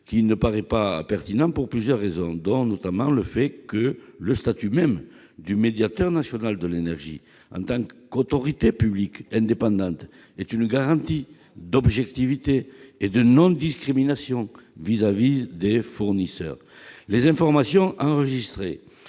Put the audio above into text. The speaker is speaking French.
qui ne paraît pas pertinent, pour plusieurs raisons ; en particulier, le statut même du médiateur national de l'énergie, en tant qu'autorité publique indépendante, est une garantie d'objectivité et de non-discrimination à l'égard des fournisseurs. Les informations enregistrées